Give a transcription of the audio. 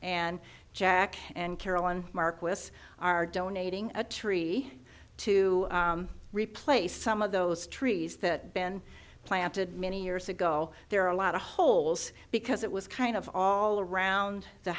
and jack and caroline marquess are donating a tree to replace some of those trees that been planted many years ago there are a lot of holes because it was kind of all around the